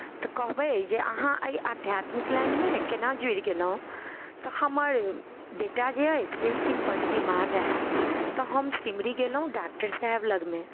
तऽ कहबै जे अहाँ एहि आध्यात्मिक लाइनमे कोना जुड़ि गेलहुँ तऽ हमर बेटा जे अछि से एक दिन बड्ड बीमार रहै तऽ हम सिमरी गेलहुँ डॉक्टर साहब लगमे